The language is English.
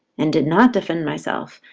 and did not defend myself,